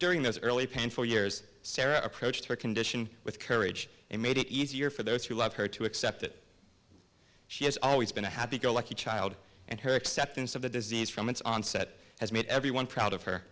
during those early painful years sarah approached her condition with courage and made it easier for those who love her to accept it she has always been a happy go lucky child and her acceptance of the disease from its onset has made everyone proud of her